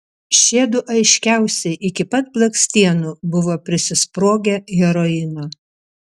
šiedu aiškiausiai iki pat blakstienų buvo prisisprogę heroino